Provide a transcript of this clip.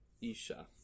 Isha